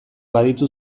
baditu